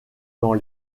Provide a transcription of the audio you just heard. dans